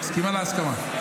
מסכימה להסכמה.